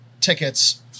tickets